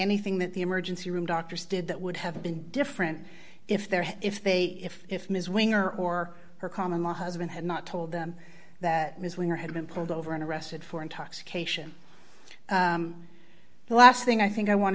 anything that the emergency room doctors did that would have been different if they're if they if if ms winger or her common law husband had not told them that was when her had been pulled over and arrested for intoxication the last thing i think i want